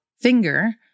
finger